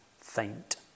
faint